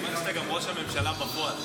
מכיוון שאתה גם ראש הממשלה בפועל,